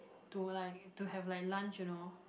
to like to have like lunch you know